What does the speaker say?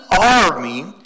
army